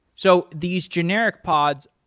so these generic pods,